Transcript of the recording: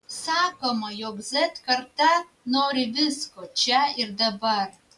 sakoma jog z karta nori visko čia ir dabar